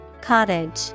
Cottage